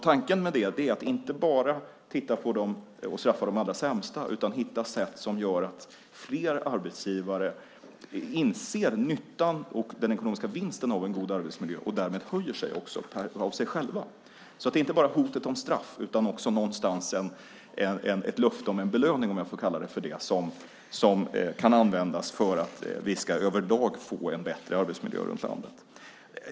Tanken med det är att inte bara titta på och straffa de allra sämsta arbetsplatserna utan också hitta sätt som gör att fler arbetsgivare inser nyttan av och den ekonomiska vinsten med en god arbetsmiljö och därmed liksom höjer sig av sig själva. Det är alltså inte bara hotet om straff utan någonstans också ett löfte om en belöning, om jag får kalla det så, som kan användas så att vi överlag får en bättre arbetsmiljö runt om i landet.